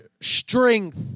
strength